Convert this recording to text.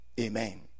Amen